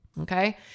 Okay